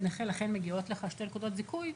נכה לכן מגיעות לך שתי נקודות זיכוי,